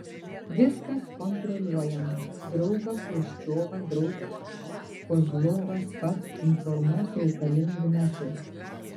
viskas kontroliuojama draugą chruščiovą draugas kozlovas pats informuos reikalingu metu